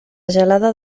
gelada